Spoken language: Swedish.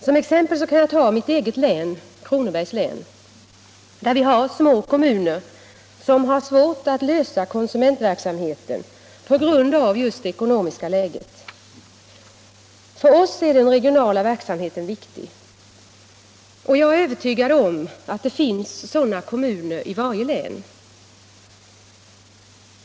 Som exempel kan jag ta mitt eget län, Kronobergs län, där vi har små kommuner som har svårt att lösa konsumentverksamheten på grund av det ekonomiska läget. För oss är den regionala verksamheten viktig, och jag är övertygad om att det finns sådana kommuner inom varje län.